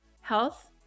health